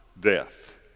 death